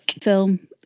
film